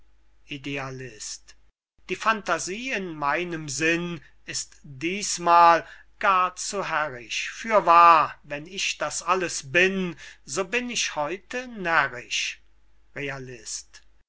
idealist die phantasie in meinem sinn ist dießmal gar zu herrisch fürwahr wenn ich das alles bin so bin ich heute närrisch